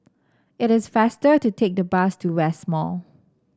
it is faster to take the bus to West Mall